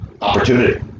opportunity